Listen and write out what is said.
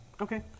Okay